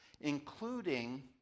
including